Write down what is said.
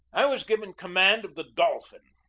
i was given com mand of the dolphin,